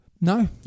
No